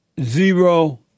zero